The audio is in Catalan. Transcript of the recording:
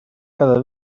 cada